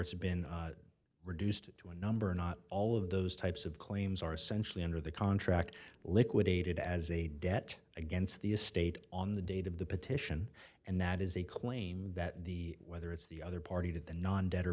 it's been reduced to a number not all of those types of claims are essentially under the contract liquidated as a debt against the estate on the date of the petition and that is a claim that the whether it's the other party to the non de